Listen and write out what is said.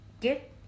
get